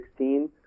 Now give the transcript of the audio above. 2016